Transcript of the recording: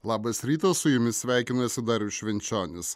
labas rytas su jumis sveikinasi darius švenčionis